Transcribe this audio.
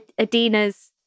Adina's